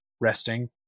resting